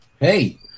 hey